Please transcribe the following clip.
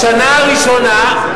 בשנה הראשונה,